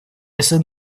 если